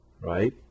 right